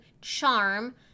charm